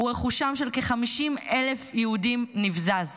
ורכושם של כ-50,000 יהודים נבזז.